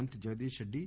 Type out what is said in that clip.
Mantri Jagadish Reddy